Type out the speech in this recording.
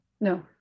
No